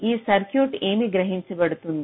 ఈ సర్క్యూట్ ఏమి గ్రహింప బడుతుంది